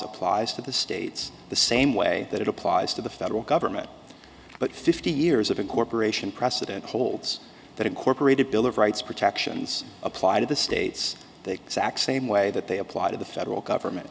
applies to the states the same way that it applies to the federal government but fifty years of incorporation precedent holds that incorporate a bill of rights protections apply to the states that exact same way that they apply to the federal government